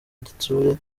igitsure